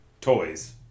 toys